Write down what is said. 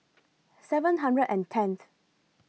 seven hundred and tenth